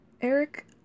Eric